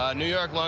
ah new york,